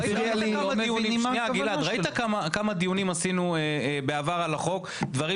ראית כמה דיונים עשינו בעבר על החוק על דברים